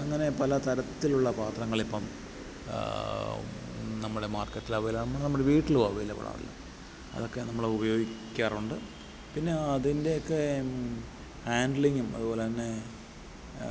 അങ്ങനെ പല തരത്തിലുള്ള പാത്രങ്ങൾ ഇപ്പം നമ്മുടെ മാർക്കറ്റിൽ അവൈലാണ് നമ്മുടെ വീട്ടിലും അവൈലബിളാണല്ലോ അതൊക്കെ നമ്മൾ ഉപയോഗിക്കാറുണ്ട് പിന്നെ അതിൻ്റെയൊക്കെ ഹാൻഡ്ലിങ്ങും അതുപോലെ തന്നെ